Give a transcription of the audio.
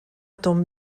ton